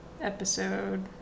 episode